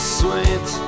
sweet